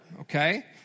okay